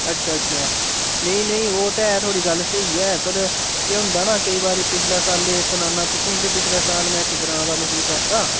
अच्छा अच्छा नेईं नेईं ओह् ते ऐ थुआढ़ी गल्ल स्हेई ऐ पर केह् होंदा ना केईं बारी पिछले सालै दी सनान्ना तुसें ई कि पिछले साल में इक ग्रांऽ दा मखीर लैता